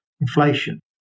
inflation